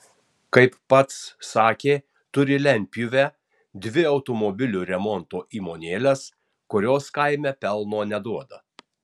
kaip pats sakė turi lentpjūvę dvi automobilių remonto įmonėles kurios kaime pelno neduoda